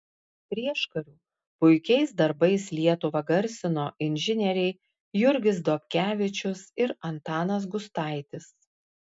prieškariu puikiais darbais lietuvą garsino inžinieriai jurgis dobkevičius ir antanas gustaitis